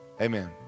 Amen